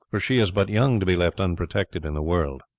for she is but young to be left unprotected in the world.